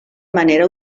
manera